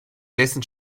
dessen